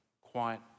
quiet